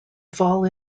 fall